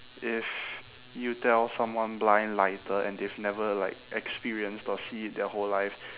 if you tell someone blind lighter and they've never like experienced or see it their whole life